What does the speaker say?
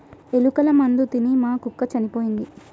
ఎలుకల మందు తిని మా కుక్క చనిపోయింది